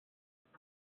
cette